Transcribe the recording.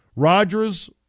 Rodgers